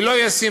היא לא ישימה.